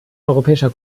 europäischer